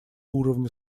уровня